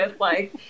like-